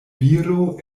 viro